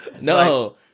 no